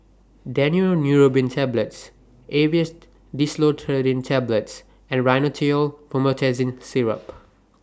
Daneuron Neurobion Tablets Aerius DesloratadineTablets and Rhinathiol Promethazine Syrup